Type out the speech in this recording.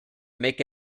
make